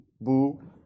boo